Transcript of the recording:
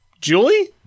Julie